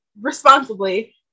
responsibly